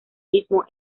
mismo